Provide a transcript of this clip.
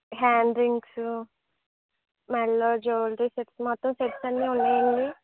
hand rings మెళ్ళో jewellery sets మొత్తం sets అన్నీ ఉన్నాయండి